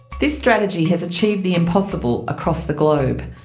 this strategy has achieved the impossible across the globe,